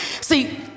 See